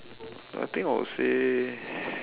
I think I would say